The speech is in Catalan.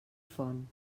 font